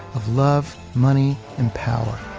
of love, money and power.